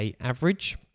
average